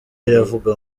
iravuga